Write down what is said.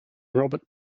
robert